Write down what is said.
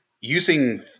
using